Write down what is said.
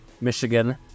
Michigan